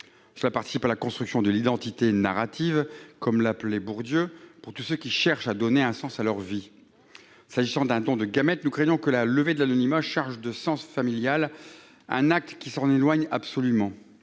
contribue à la construction de l'identité narrative, comme l'appelait Bourdieu, de tous ceux qui cherchent à donner un sens à leur vie. S'agissant du don de gamètes, nous craignons que la levée de l'anonymat ne charge de sens familial un acte qui s'en éloigne absolument.